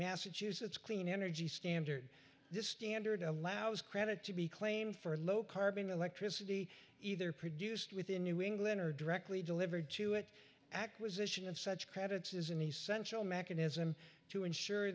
massachusetts clean energy standard this standard allows credit to be claimed for low carbon electricity either produced within new england or directly delivered to it acquisition of such credits is an essential mechanism to ensure